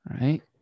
right